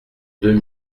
deux